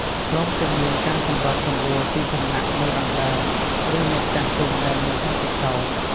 ព្រមទាំងមានការសម្របសម្រួលពីសំណាក់មេអណ្តើក ឬអ្នកចាស់ទុំដែលមានបទពិសោធន៍។